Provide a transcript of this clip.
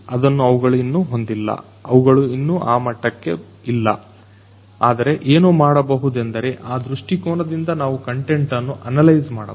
ಅದನ್ನ ಅವುಗಳು ಇನ್ನು ಹೊಂದಿಲ್ಲ ಅವುಗಳು ಇನ್ನು ಆ ಮಟ್ಟಕ್ಕಿಲ್ಲ ಆದರೆ ಏನು ಮಾಡಬಹುದೆಂದರೆ ಆ ದೃಷ್ಠಿಕೋನದಿಂದ ನಾವು ಕಂಟೆಂಟ್ ಅನ್ನು ಅನಲೈಜ್ ಮಾಡಬಹುದು